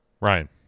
Ryan